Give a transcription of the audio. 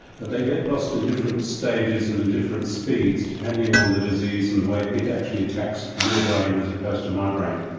and they get lost in different stages and in different speeds, depending on the disease and the way it actually attacks your brain as opposed to my brain.